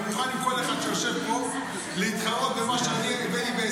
אני מוכן להתחרות עם כל אחד שיושב פה על מה שאני הבאתי בהישגים.